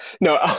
no